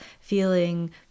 feeling